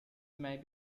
may